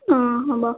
অঁ হ'ব